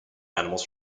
animals